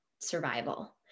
survival